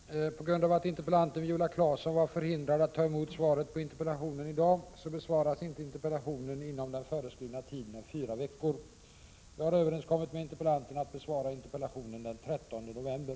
Herr talman! På grund av att interpellanten Viola Claesson var förhindrad att i dag ta emot svaret på interpellationen besvaras interpellationen inte inom den föreskrivna tiden av fyra veckor. Jag har överenskommit med interpellanten om att besvara interpellationen den 13 november.